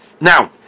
now